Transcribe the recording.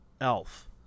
Elf